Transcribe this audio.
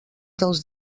dels